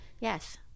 yes